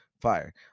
Fire